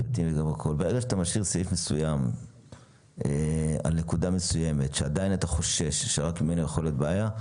כשאתה משאיר נקודה מסוימת שעדיין אתה חושש שרק ממנה יכולה להיות בעיה,